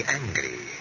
angry